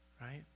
right